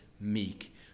meek